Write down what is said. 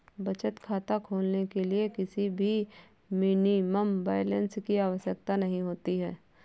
बचत खाता खोलने के लिए किसी भी मिनिमम बैलेंस की आवश्यकता नहीं होती है